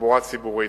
בתחבורה ציבורית.